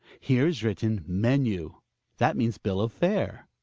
here is written menu that means bill of fare.